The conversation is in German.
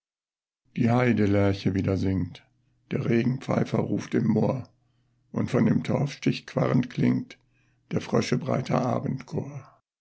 die heidelerche wieder singt der regenpfeifer ruft im moor und von dem torfstich quarrend klingt der frösche breiter